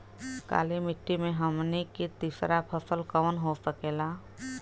काली मिट्टी में हमनी के तीसरा फसल कवन हो सकेला?